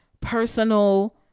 personal